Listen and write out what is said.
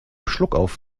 schluckauf